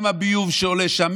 גם הביוב שעולה שם?